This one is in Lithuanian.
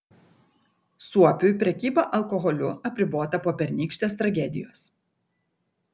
suopiui prekyba alkoholiu apribota po pernykštės tragedijos